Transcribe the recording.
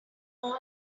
all